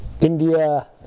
India